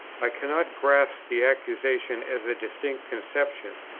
i cannot grasp the accusation as a distinct conception,